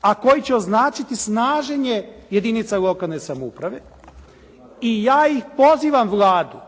a koji će označiti snaženje jedinica lokalne samouprave i ja ih pozivam Vladu